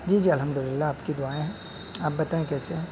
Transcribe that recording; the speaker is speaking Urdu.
جی جی الحمد للہ آپ کی دعائیں ہیں آپ بتائیں کیسے ہیں